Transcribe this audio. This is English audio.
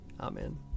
Amen